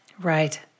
Right